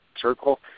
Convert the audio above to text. circle